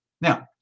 now